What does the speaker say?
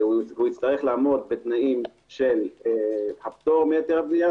הוא יצטרך לעמוד בתנאים של הפטור מהיתר בנייה,